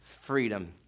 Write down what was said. Freedom